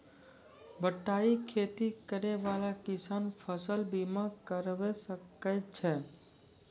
बटाई खेती करै वाला किसान फ़सल बीमा करबै सकै छौ?